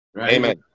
Amen